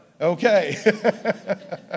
Okay